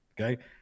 okay